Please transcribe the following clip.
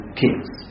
kings